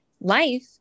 life